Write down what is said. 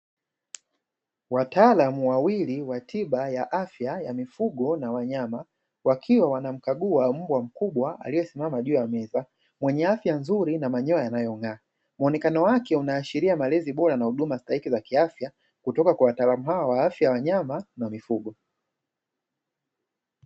Wataalamu wawili wa tiba ya afya pamoja na wanyama wakiwa wanamkagua mbwa mkubwa aliyesimama juu ya meza mwenye afya nzuri na manyoya yanayong'a mwonekano wake unaashiria mwonekano bora na huduma stahiki za kiafya, kutoka katika watalamu hawa wa afya ya wanyama na mifugo.